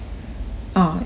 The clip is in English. ah it's re~